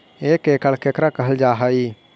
एक एकड़ केकरा कहल जा हइ?